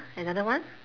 another one